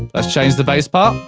let's change the bass part.